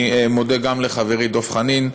אני מודה גם לחברי דב חנין,